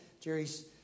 Jerry's